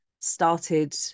started